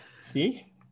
See